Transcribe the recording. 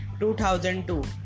2002